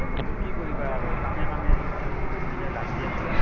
এই বন্ধু কি কৰিবা আৰু কামে কামে এনেকেই লাগি আছোঁ